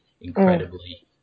incredibly